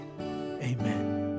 Amen